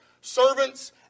servants